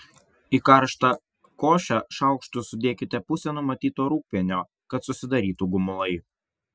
į karštą košę šaukštu sudėkite pusę numatyto rūgpienio kad susidarytų gumulai